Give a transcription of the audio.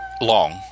long